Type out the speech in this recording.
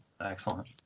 excellent